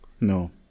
no